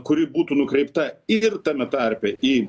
kuri būtų nukreipta ir tame tarpe į